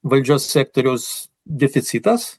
valdžios sektoriaus deficitas